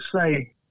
say